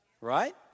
right